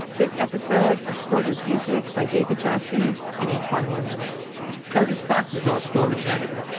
this episode was scored with music by david jassy and antwon williams curtis fox is our story editor.